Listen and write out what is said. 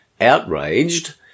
outraged